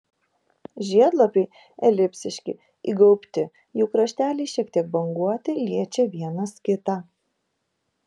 žiedlapiai elipsiški įgaubti jų krašteliai šiek tiek banguoti liečia vienas kitą